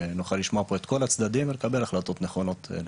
נוכל לשמוע פה את כל הצדדים ולקבל החלטות נכונות.